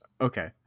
Okay